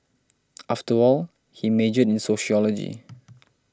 after all he majored in sociology